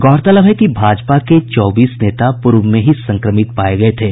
गौरतलब है कि भाजपा के चौबीस नेता पूर्व में ही संक्रमित पाये गये थे